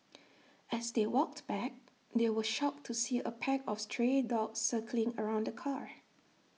as they walked back they were shocked to see A pack of stray dogs circling around the car